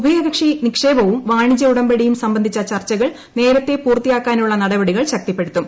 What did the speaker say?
ഉഭയകക്ഷി നിക്ഷേപവും വാണിജ്യ ഉടമ്പടിയും സംബന്ധിച്ച ചർച്ചകൾ നേരത്തേ പൂർത്തിയാക്കാനുള്ള നടപടികൾശക്തിപ്പെടുത്തും